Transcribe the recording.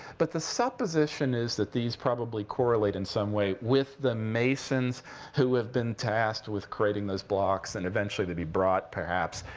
but the supposition is that these probably correlate in some way with the masons who have been tasked with creating those blocks, and eventually to be brought, perhaps,